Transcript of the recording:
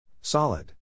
Solid